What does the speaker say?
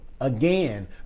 again